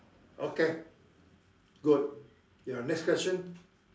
okay good ya next question